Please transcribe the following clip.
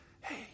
hey